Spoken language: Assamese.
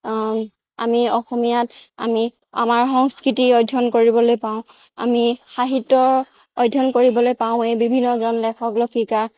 আমি অসমীয়াত আমি আমাৰ সংস্কৃতি অধ্যয়ন কৰিবলৈ পাওঁ আমি সাহিত্যৰ অধ্যয়ন কৰিবলৈ পাওঁ এই বিভিন্নজন লেখক লেখিকা